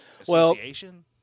association